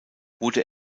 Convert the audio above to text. wurde